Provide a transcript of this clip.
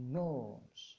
norms